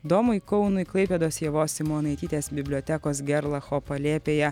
domui kaunui klaipėdos ievos simonaitytės bibliotekos gerlacho palėpėje